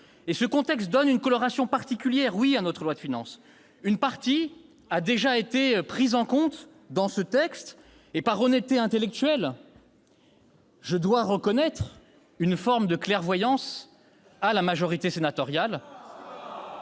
le contexte donne une coloration particulière à notre loi de finances. Une partie des modifications a déjà été prise en compte dans ce texte. Par honnêteté intellectuelle, je dois reconnaître une forme de clairvoyance à la majorité sénatoriale